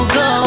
go